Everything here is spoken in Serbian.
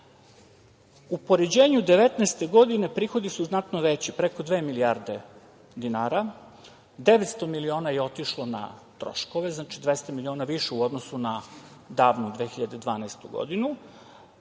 U poređenju sa 2019. godinom, prihodi su znatno veći, preko dve milijarde dinara, 900 miliona je otišlo na troškove, znači, 200 miliona više u odnosu na davnu 2012. godinu.